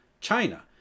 China